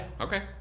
Okay